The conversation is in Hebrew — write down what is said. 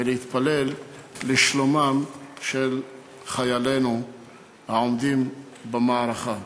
ולהתפלל לשלומם של חיילינו העומדים במערכה.